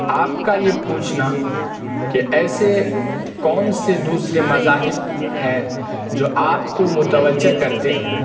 آپ کا یہ پوچھنا کہ ایسے کون سے دوسرے مذاہب ہیں جو آپ کو متوجہ کرتے ہیں